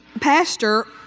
Pastor